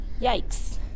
Yikes